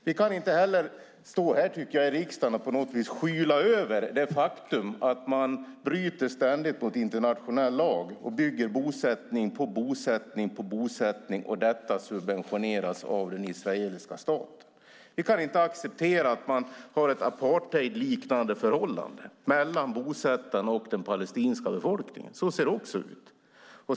Vi kan inte heller stå här i riksdagen och skyla över det faktum att man ständigt bryter mot internationell lag och bygger bosättning på bosättning, och detta subventioneras av den israeliska staten. Vi kan inte acceptera att man har ett apartheidliknande förhållande mellan bosättarna och den palestinska befolkningen. Så ser det också ut.